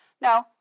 No